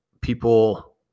people